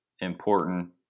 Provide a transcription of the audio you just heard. important